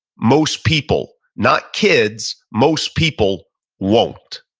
most people, not kids, most people won't.